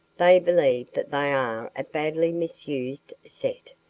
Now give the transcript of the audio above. they believe that they are a badly misused set,